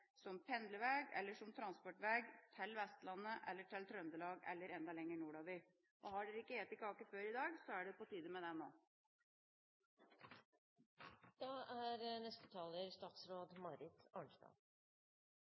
som pendlervei eller som transportvei til Vestlandet og til Trøndelag eller enda lenger nordover. Og har dere ikke spist kake før i dag, er det tid for det nå. Det er med